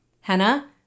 Henna